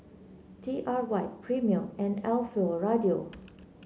T Y R Premier and Alfio Raldo